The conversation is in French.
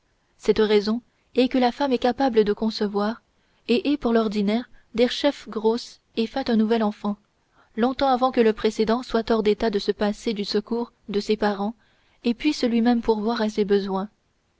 cette raison est que la femme est capable de concevoir et est pour l'ordinaire derechef grosse et fait un nouvel enfant longtemps avant que le précédent soit hors d'état de se passer du secours de ses parents et puisse lui-même pourvoir à ses besoins